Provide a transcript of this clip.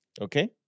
Okay